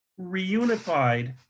reunified